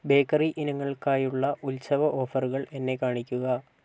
bakery ഇനങ്ങൾക്കായുള്ള ഉത്സവ ഓഫറുകൾ എന്നെ കാണിക്കുക